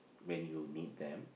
when you need them